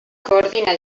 coordina